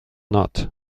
not